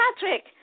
Patrick